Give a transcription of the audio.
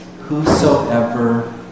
whosoever